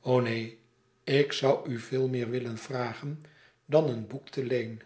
o neen ik zoû u veel meer willen vragen dan een boek te leen